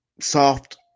soft